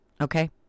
Okay